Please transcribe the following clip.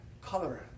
color